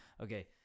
okay